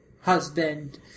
husband